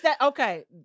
okay